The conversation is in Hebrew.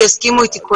וכולם יסכימו אתי,